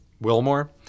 wilmore